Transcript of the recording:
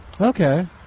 Okay